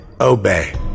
obey